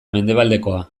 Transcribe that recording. mendebaldekoa